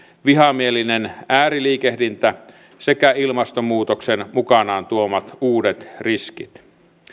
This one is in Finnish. vihamielinen ääriliikehdintä sekä ilmastonmuutoksen mukanaan tuomat uudet riskit